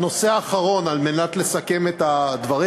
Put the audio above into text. הנושא האחרון, על מנת לסכם את הדברים: